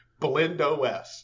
BlendOS